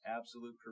absolute